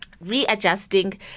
Readjusting